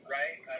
right